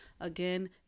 again